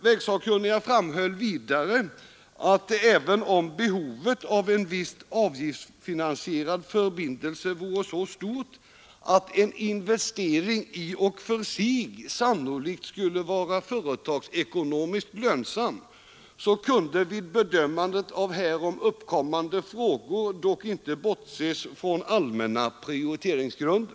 Vägsakkunniga framhöll vidare, att även om behovet av en viss avgiftsfinansierad förbindelse vore så stort att en investering i och för sig sannolikt skulle vara företagsekonomiskt lönsam, kunde vid bedömandet av härom uppkommande frågor dock inte bortses från allmänna prioriteringsgrunder.